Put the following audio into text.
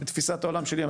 לתפיסת העולם שלי,